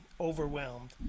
overwhelmed